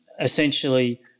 essentially